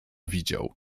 widział